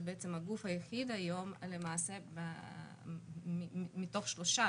בעצם הגוף היחיד היום ולמעשה מתוך שלושה,